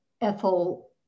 Ethel